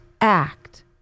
act